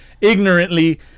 ignorantly